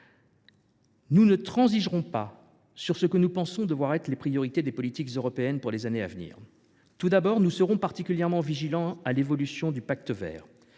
nous ne transigerons pas sur ce que nous pensons devoir être les priorités des politiques européennes pour les années à venir. Tout d’abord, nous serons particulièrement vigilants à l’évolution du Pacte vert.